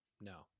no